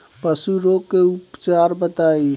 पशु रोग के उपचार बताई?